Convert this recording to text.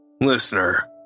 Listener